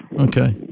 Okay